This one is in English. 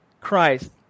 Christ